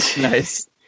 Nice